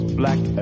black